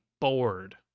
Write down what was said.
bored